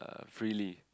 freely